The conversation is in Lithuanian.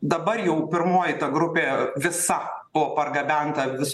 dabar jau pirmoji ta grupė visa buvo pargabenta vis